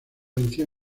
venció